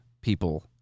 people